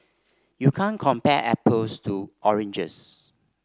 you can't compare apples to oranges